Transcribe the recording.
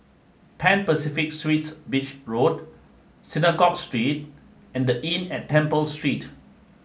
Pan Pacific Suites Beach Road Synagogue Street and the Inn at Temple Street